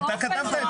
אתה כתבת את זה.